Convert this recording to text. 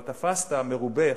אבל תפסת מרובה,